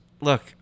look